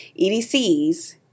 EDCs